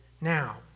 now